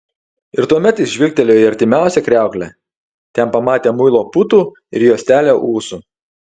ir tuomet jis žvilgtelėjo į artimiausią kriauklę ten pamatė muilo putų ir juostelę ūsų